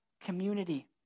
community